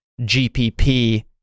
gpp